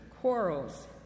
quarrels